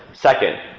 second,